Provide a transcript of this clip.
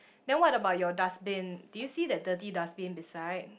then what about your dustbin do you see that dirty dustbin beside